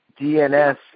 DNS